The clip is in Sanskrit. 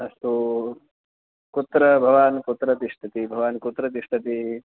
अस्तु कुत्र भवान् कुत्र तिष्ठति भवान् कुत्र तिष्ठति